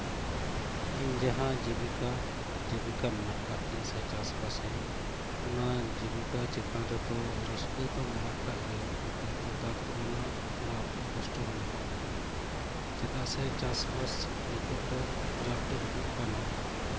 ᱤᱧ ᱡᱟᱦᱟᱸ ᱡᱤᱵᱤᱠᱟ ᱡᱤᱵᱤᱠᱟ ᱢᱮᱱᱟᱜ ᱟᱠᱟᱫ ᱛᱤᱧᱟ ᱥᱮ ᱪᱟᱥᱵᱟᱥᱟᱹᱧ ᱚᱱᱟ ᱡᱤᱵᱤᱠᱟ ᱪᱮᱛᱟᱱ ᱨᱮᱫᱚ ᱨᱟᱹᱥᱠᱟᱹ ᱫᱚ ᱢᱮᱱᱟᱜ ᱟᱠᱟᱫ ᱜᱮᱭᱟ ᱠᱤᱱᱛᱩ ᱛᱟᱨ ᱛᱩᱞᱚᱱᱟ ᱛᱷᱚᱲᱟ ᱠᱚᱥᱴᱚ ᱦᱚᱸ ᱢᱮᱱᱟᱜ ᱠᱟᱫᱟ ᱪᱮᱫᱟᱜ ᱥᱮ ᱪᱟᱥᱵᱟᱥ ᱱᱤᱛᱳᱜ ᱫᱚ ᱡᱟ ᱩᱰᱤᱡ ᱦᱩᱭᱩᱜ ᱠᱟᱱᱟ